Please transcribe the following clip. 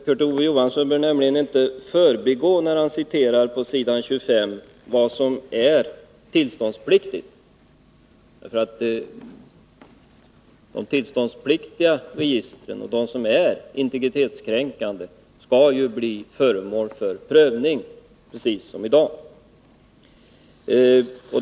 När man citerar bör man, Kurt Ove Johansson, inte förbigå vad som är tillståndspliktigt. De tillståndspliktiga registren och de register som är integritetskränkande skall göras till föremål för prövning, precis som i dag.